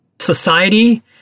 society